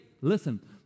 listen